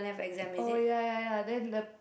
oh ya ya ya then the